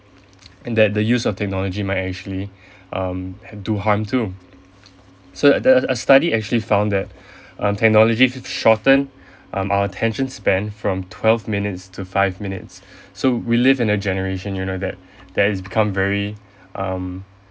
and that the use of technology might actually um do harm too so the a study actually found that um technology s~ shorten um our attention span from twelve minutes to five minutes so we live in a generation you know that that is become very um